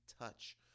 touch